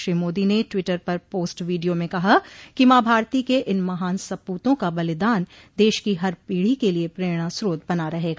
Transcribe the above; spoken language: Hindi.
श्री मोदी ने टवीटर पर पोस्ट वीडियो में कहा कि मां भारती के इन महान सपूतों का बलिदान देश की हर पीढो के लिए प्रेरणा स्रोत बना रहेगा